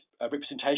representation